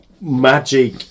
magic